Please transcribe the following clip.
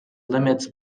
limits